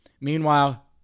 Meanwhile